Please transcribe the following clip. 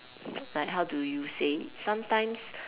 like how do you say sometimes